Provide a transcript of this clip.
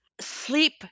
sleep